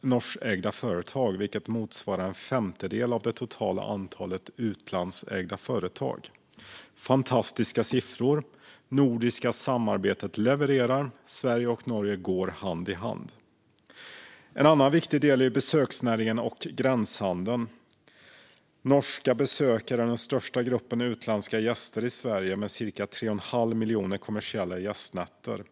norskägda företag, vilket motsvarar en femtedel av det totala antalet utlandsägda företag. Det är fantastiska siffror. Det nordiska samarbetet levererar, och Sverige och Norge går hand i hand. En annan viktig del är besöksnäringen och gränshandeln. Norska besökare är den största gruppen utländska gäster i Sverige med cirka 3 1⁄2 miljon kommersiella gästnätter.